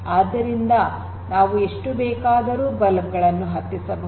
ಆದ್ದರಿಂದ ನಾವು ಎಷ್ಟು ಬೇಕಾದರೂ ಬಲ್ಬ್ ಗಳನ್ನು ಹತ್ತಿಸಬಹುದು